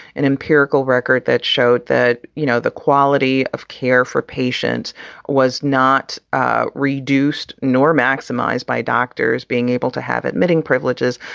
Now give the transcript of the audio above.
an empirical record that showed that, you know, the. quality of care for patients was not ah reduced nor maximized by doctors being able to have admitting privileges.